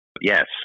Yes